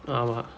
ஆமா:aamaa